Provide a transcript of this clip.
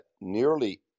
nearly